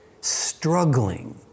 struggling